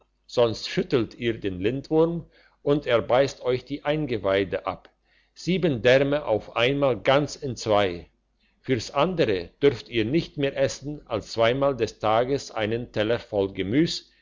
sonst schüttelt ihr den lindwurm und er beißt euch die eingeweide ab sieben därme auf einmal ganz entzwei fürs andere dürft ihr nicht mehr essen als zweimal des tages einen teller voll gemüs